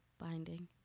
Binding